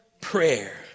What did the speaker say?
prayer